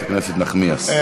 חברת הכנסת נחמיאס.